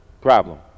problem